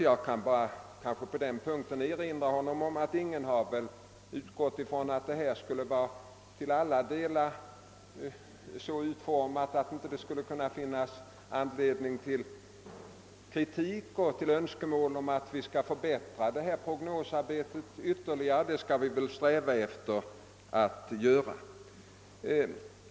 Jag kan på den punkten erinra honom om att ingen har utgått från att det till alla delar skulle vara så utformat, att det inte skulle kunna finnas anledning till kritik och önskemål om ytterligare förbättringar. Sådana skall vi också sträva efter att uppnå.